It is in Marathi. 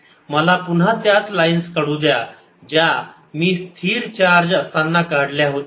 मला पुन्हा त्याच लाइन्स काढू द्या ज्या मी चार्ज स्थिर असताना काढल्या होत्या